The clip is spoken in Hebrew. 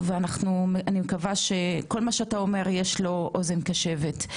ואני מקווה שכל מה שאתה אומר יש לו אוזן קשבת.